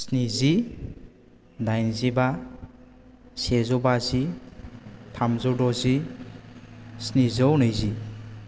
स्निजि दाइनजिबा सेजौ बाजि थामजौ द'जि स्निजौ नैजि